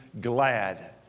glad